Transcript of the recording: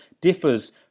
differs